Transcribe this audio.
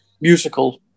musical